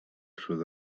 sud